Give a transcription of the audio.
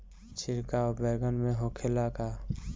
छिड़काव बैगन में होखे ला का?